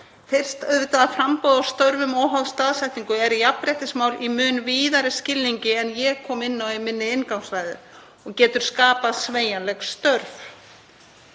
Fyrst auðvitað að framboð á störfum óháð staðsetningu er jafnréttismál í mun víðari skilningi en ég kom inn á í minni inngangsræðu og getur skapað sveigjanleg störf.